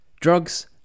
Drugs